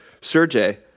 Sergey